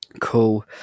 Cool